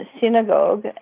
synagogue